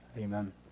Amen